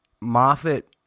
Moffat